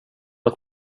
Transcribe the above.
att